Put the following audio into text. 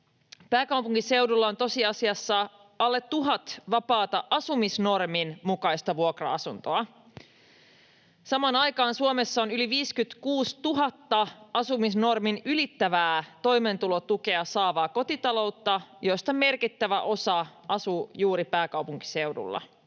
Pääkaupunkiseudulla on tosiasiassa alle 1 000 vapaata asumisnormin mukaista vuokra-asuntoa. Samaan aikaan Suomessa on yli 56 000 asumisnormin ylittävää toimeentulotukea saavaa kotitaloutta, joista merkittävä osa asuu juuri pääkaupunkiseudulla.